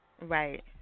Right